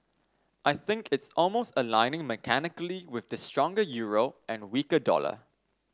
I think it's almost aligning mechanically with the stronger euro and weaker dollar